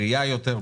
בריאה יותר,